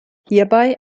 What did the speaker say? hierbei